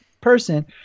person